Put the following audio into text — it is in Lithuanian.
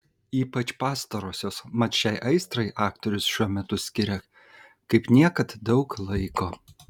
ypač pastarosios mat šiai aistrai aktorius šiuo metu skiria kaip niekad daug laiko